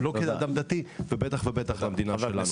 וגם לא כאדם דתי ובטח ובטח למדינה שלנו.